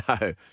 No